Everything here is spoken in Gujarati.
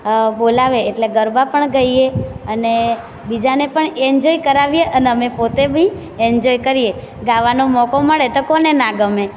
બોલાવે એટલે ગરબા પણ ગાઈએ અને બીજાને પણ એન્જોય કરાવીએ અને અમે પોતે બી એન્જોય કરીએ ગાવાનો મોકો મળે તો કોને ના ગમે